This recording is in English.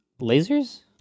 lasers